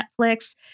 Netflix